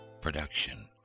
production